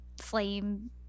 flame